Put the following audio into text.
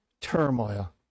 turmoil